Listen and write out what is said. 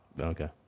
Okay